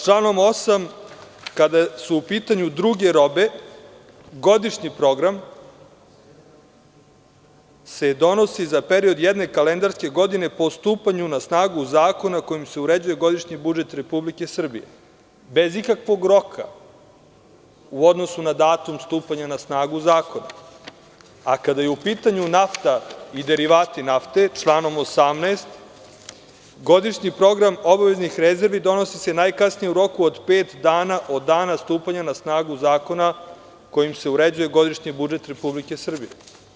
Članom 8. kada su u pitanju druge robe, godišnji program se donosi za period jedne kalendarske godine po stupanju na snagu zakona kojim se uređuje godišnji budžet Republike Srbije, bez ikakvog roka u odnosu na datum stupanja na snagu zakona, a kada je u pitanju nafta i derivati nafte članom 18. godišnji program obaveznih rezervi donosi se najkasnije u roku od pet dana od dana stupanja na snagu zakona kojim se uređuje godišnji budžet Republike Srbije.